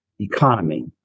economy